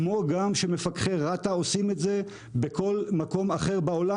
כמו שמפקחי רת"א עושים את זה בכל מקום אחר בעולם,